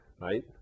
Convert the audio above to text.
right